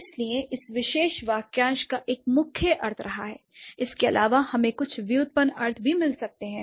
इसलिए इस विशेष वाक्यांश का एक मुख्य अर्थ रहा है l इसके अलावा हमें कुछ व्युत्पन्न अर्थ भी मिले हैं